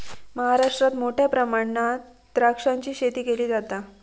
महाराष्ट्रात मोठ्या प्रमाणात द्राक्षाची शेती केली जाता